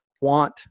want